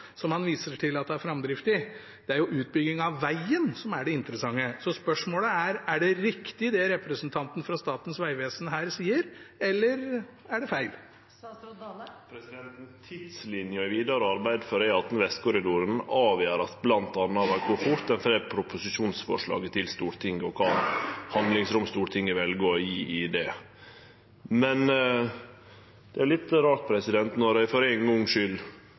som han viser til, det er jo utbyggingen av vegen som er det interessante. Så spørsmålet er: Er det riktig det representanten fra Statens vegvesen her sier, eller er det feil? Tidslinja for vidare arbeid med E18 i Vestkorridoren vert bl.a. avgjord av kor fort ein får proposisjonen til Stortinget, og kva handlingsrom Stortinget vel å gje. Men det er litt rart når eg for ein